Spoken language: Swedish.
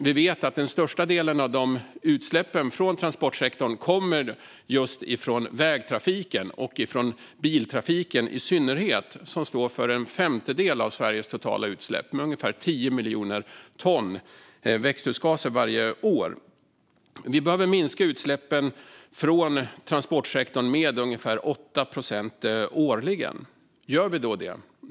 Vi vet att den största delen av utsläppen från transportsektorn kommer från vägtrafiken, från biltrafiken i synnerhet, som står för en femtedel av Sveriges totala utsläpp med ungefär 10 miljoner ton växthusgaser varje år. Vi behöver minska utsläppen från transportsektorn med ungefär 8 procent årligen. Gör vi då det?